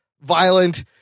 violent